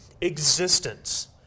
existence